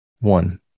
One